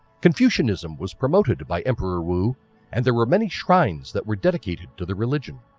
confucianism was promoted by emperor wu and there were many shrines that were dedicated to the religion.